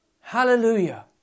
Hallelujah